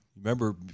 Remember